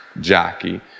jockey